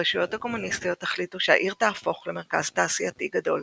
הרשויות הקומוניסטיות החליטו שהעיר תהפוך למרכז תעשייתי גדול.